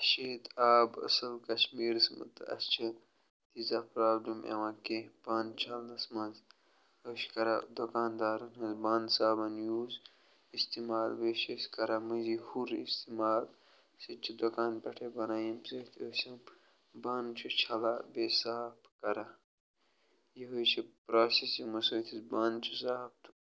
أسۍ چھِ ییٚتہِ آب أصٕل کَشمیٖرَس منٛز تہٕ اَسہِ چھِ تیٖژاہ پرٛابلِم یِوان کیٚنٛہہ بانہٕ چھَلنَس منٛز أسۍ چھِ کَران دُکاندارَن ہٕنٛز بانہٕ صابَن یوٗز اِستعمال بیٚیہِ چھِ أسۍ کَران مٔنٛزی ہُر اِستعمال سُہ تہِ چھِ دُکان پٮ۪ٹھَے بَنان ییٚمہِ سۭتۍ أسۍ یِم بانہٕ چھِ چھَلان بیٚیہِ صاف کَران یِہوٚے چھِ پرٛاسٮ۪س یِمو سۭتۍ أسۍ بانہٕ چھِ صاف